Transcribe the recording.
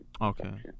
Okay